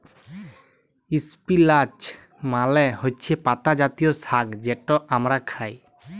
ইস্পিলাচ মালে হছে পাতা জাতীয় সাগ্ যেট আমরা খাই